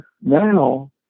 now